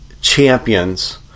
champions